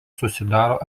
susidaro